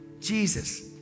Jesus